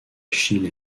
achille